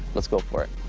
let's go for it.